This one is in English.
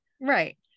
Right